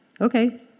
Okay